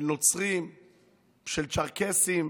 של נוצרים של צ'רקסים,